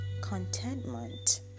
contentment